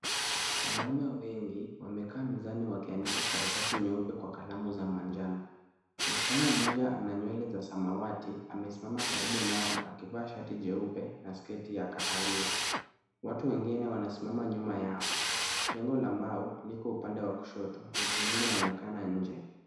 Wanaume wengi wamekaa mezani wakiandika karatasi nyeupe kwa kalamu za manjano. Msichana mmoja ana nywele za samawati amesimama karibu nao akivaa shati jeupe na sketi ya kahawia. Watu wengine wanasimama nyuma yao. Jengo la mbao liko upande wa kushoto. Miti mingi inaonekana nje.